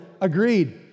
Agreed